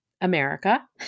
America